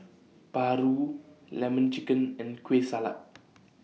Paru Lemon Chicken and Kueh Salat